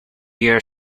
year